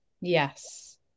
Yes